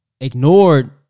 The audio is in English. ignored